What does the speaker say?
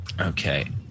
okay